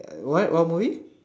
ya what what movie